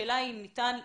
השאלה אם ניתן לתעדף,